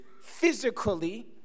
physically